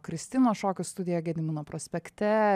kristinos šokių studija gedimino prospekte